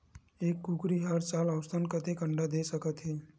एक कुकरी हर साल औसतन कतेक अंडा दे सकत हे?